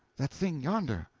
that thing yonder.